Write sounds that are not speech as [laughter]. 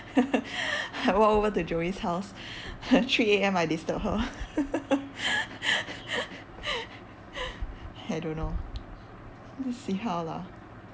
[laughs] I walk over to joey's house [laughs] three A_M I disturb her [laughs] I don't know see how lah